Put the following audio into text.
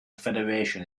federation